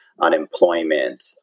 unemployment